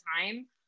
time